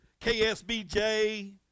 KSBJ